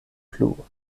plu